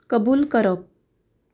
कबूल करप